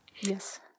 Yes